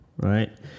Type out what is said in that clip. right